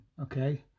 okay